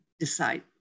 decide